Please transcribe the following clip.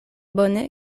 bone